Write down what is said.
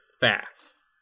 fast